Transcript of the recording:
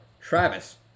travis